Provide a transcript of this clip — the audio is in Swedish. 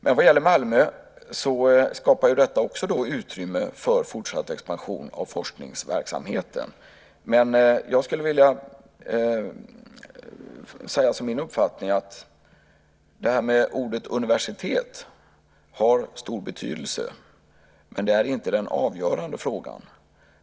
Men vad gäller Malmö skapar ju detta utrymme för fortsatt expansion av forskningsverksamheten. Jag skulle vilja säga, som min uppfattning, att ordet "universitet" har stor betydelse, men det är inte den avgörande frågan.